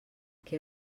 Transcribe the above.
què